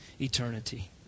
Eternity